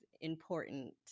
important